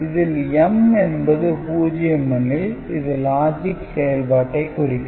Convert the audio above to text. இதில் M என்பது 0 எனில் இது லாஜிக் செயல்பாட்டை குறிக்கும்